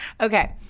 Okay